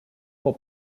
for